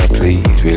please